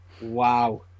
Wow